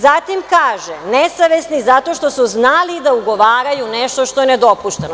Zatim kaže, nesavesni zato što su znali da ugovaraju nešto što je nedopušteno.